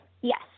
Yes